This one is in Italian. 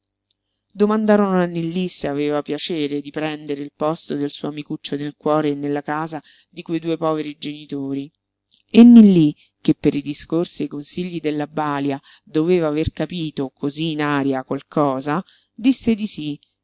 domandarono a nillí se aveva piacere di prendere il posto del suo amicuccio nel cuore e nella casa di quei due poveri genitori e nillí che per i discorsi e i consigli della balia doveva aver capito cosí in aria qualcosa disse di sí